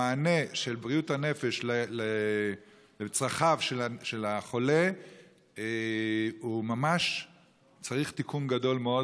המענה של בריאות הנפש לצרכיו של החולה הוא ממש צריך תיקון גדול מאוד,